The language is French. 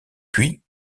puis